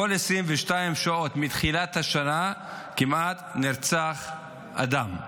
כמעט כל 22 שעות מתחילת השנה נרצח אדם,